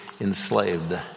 enslaved